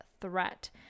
threat